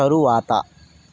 తరువాత